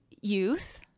youth